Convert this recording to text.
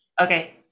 Okay